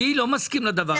אני לא מסכים לדבר הזה.